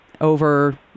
over